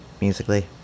musically